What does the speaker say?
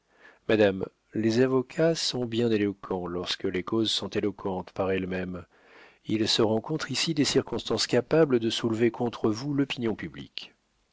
madame les avocats sont bien éloquents lorsque les causes sont éloquentes par elles-mêmes il se rencontre ici des circonstances capables de soulever contre vous l'opinion publique